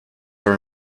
are